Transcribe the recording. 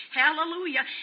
hallelujah